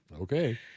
Okay